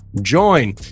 join